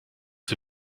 the